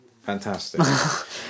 Fantastic